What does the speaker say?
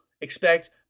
expect